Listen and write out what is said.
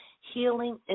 Healing